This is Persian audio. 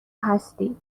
هستی